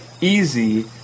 easy